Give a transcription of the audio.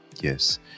Yes